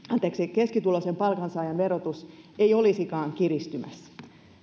keskituloisen palkansaajan verotus ei olisikaan kiristymässä